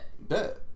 Bet